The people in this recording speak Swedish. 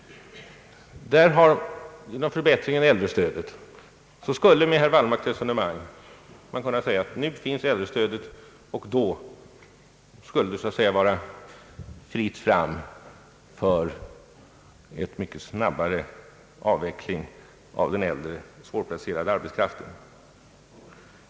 Genom förbättringen av äldrestödet skulle man med herr Wallmarks resonemang kunna säga att nu finns äldrestödet och då är det så att säga fritt fram för en mycket snabbare avveckling av den äldre svårplacerade arbetskraften.